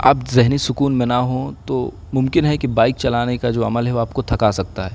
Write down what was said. آپ ذہنی سکون میں نہ ہوں تو ممکن ہے کہ بائک چلانے کا جو عمل ہے وہ آپ کو تھکا سکتا ہے